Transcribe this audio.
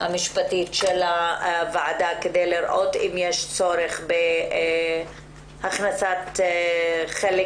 המשפטית של הוועדה כדי לראות אם יש צורך בהכנסת חלק